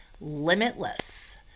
limitless